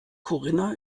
corinna